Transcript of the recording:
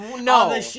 No